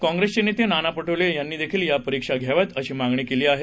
काँप्रेस नेते नाना पटोले यांनी देखील या परीक्षा घ्याव्यात अशी मागणी केली आहे